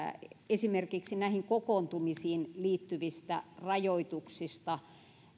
esimerkiksi näihin kokoontumisiin liittyvistä rajoituksista